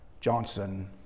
Johnson